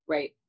Right